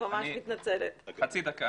חצי דקה.